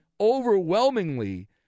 overwhelmingly